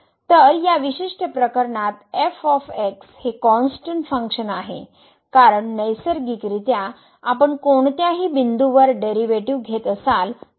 तर या विशिष्ट प्रकरणात f हे कॉन्स्टंन्ट फंक्शन आहे कारण नैसर्गिकरित्या आपण कोणत्याही बिंदूवर डेरीवेटीव घेत असाल तर 0 होईल